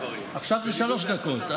עכשיו זה שלוש דקות.